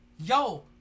Yo